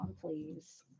please